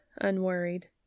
unworried